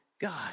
God